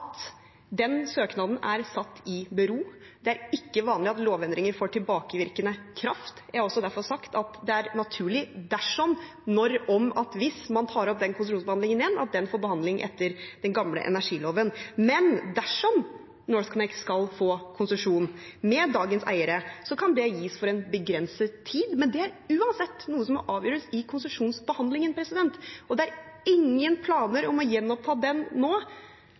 den søknaden er stilt i bero. Det er ikke vanlig at lovendringer får tilbakevirkende kraft. Jeg har derfor sagt at det er naturlig dersom-når-om-at-hvis man tar opp den konsesjonsbehandlingen igjen, at den får behandling etter den gamle energiloven. Men dersom NorthConnect skal få konsesjon med dagens eiere, kan det gis for en begrenset tid. Det er uansett noe som må avgjøres i konsesjonsbehandlingen, og det er ingen planer om å gjenoppta den nå.